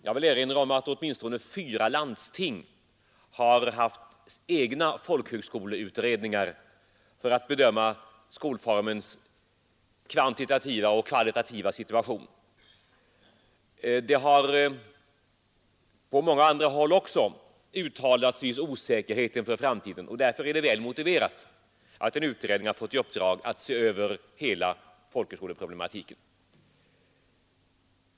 Jag vill erinra om att åtminstone fyra landsting har egna folkhögskoleutredningar för att bedöma skolformens kvantitativa och kvalitativa situation. Det har på många andra håll också uttalats viss osäkerhet inför framtiden, och därför är det väl motiverat att en utredning fått i uppdrag att se över hela folkhögskoleproblematiken.